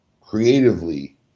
creatively